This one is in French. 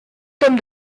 tome